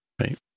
right